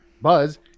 buzz